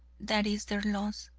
that is their loss.